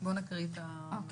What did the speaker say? בואו נקרא את ההחלטה.